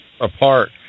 apart